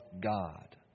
God